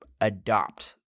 adopt